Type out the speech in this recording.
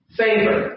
favor